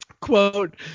quote